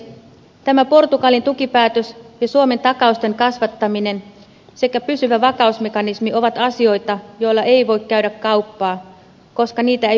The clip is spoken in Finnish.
tämä portugalin tukipäätös ja suomen takausten kasvattaminen sekä pysyvä vakausmekanismi ovat asioita joilla ei voi käydä kauppaa koska niitä ei pidä hyväksyä